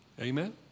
Amen